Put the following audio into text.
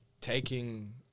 taking